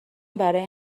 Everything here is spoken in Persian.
برای